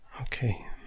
Okay